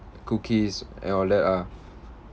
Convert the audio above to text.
cookies and all that ah